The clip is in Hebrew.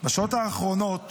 בשעות האחרונות